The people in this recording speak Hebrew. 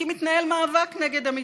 כי מתנהל מאבק נגד המתווה.